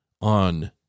on